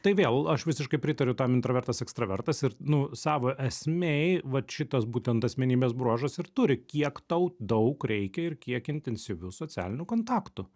tai vėl aš visiškai pritariu tam intravertas ekstravertas ir nu savo esmėj vat šitas būtent asmenybės bruožas ir turi kiek tau daug reikia ir kiek intensyvių socialinių kontaktų